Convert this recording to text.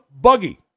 buggy